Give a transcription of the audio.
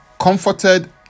comforted